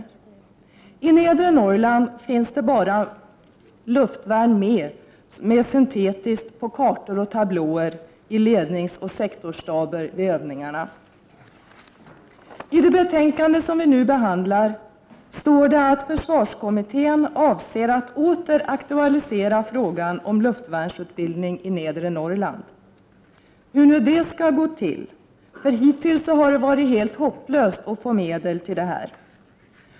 Luftvärnet i nedre Norrland finns vid övningarna bara med syntetiskt på kartor och tablåer i ledningsoch sektorsstaber. I det betänkandet som vi nu behandlar står det att försvarskommittén avser att åter aktualisera frågan om luftvärnsutbildning i nedre Norrland. Hur skall det gå till? Hittills har det ju varit helt hopplöst att få medel till detta.